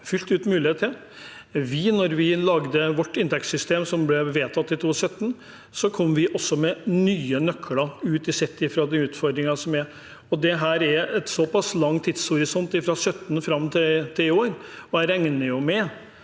hatt mulighet til. Da vi laget vårt inntektssystem, som ble vedtatt i 2017, kom vi også med nye nøkler, sett ut fra de utfordringene som var. Det er en såpass lang tidshorisont fra 2017 fram til i år, og jeg regner jo med